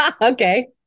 Okay